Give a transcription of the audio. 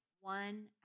one